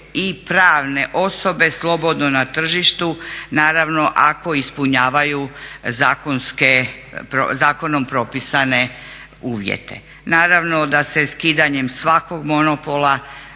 i pravne osobe slobodno na tržištu, naravno ako ispunjavaju zakonom propisane uvjete. Naravno da se skidanjem svakog monopola